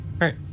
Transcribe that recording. right